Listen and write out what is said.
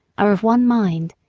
are of one mind,